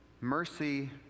Mercy